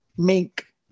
Mink